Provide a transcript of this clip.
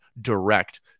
direct